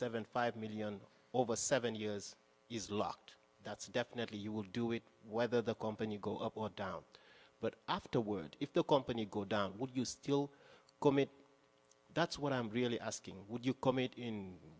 seven five million over seven years is locked that's definitely you will do it whether the company go up or down but afterwards if the company go down would you still go that's what i'm really asking would you commit in